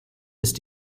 ist